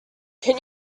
can